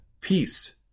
peace